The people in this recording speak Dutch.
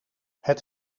het